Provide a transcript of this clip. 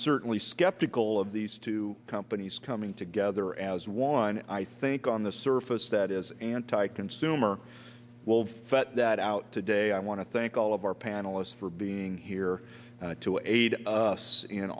certainly skeptical of these two companies coming together as one i think on the surface that is anti consumer will have felt that out today i want to thank all of our panelists for being here to aid us in